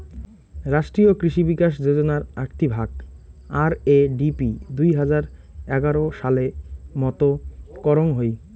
রাষ্ট্রীয় কৃষি বিকাশ যোজনার আকটি ভাগ, আর.এ.ডি.পি দুই হাজার এগার সালে মত করং হই